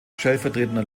stellvertretender